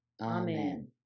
Amen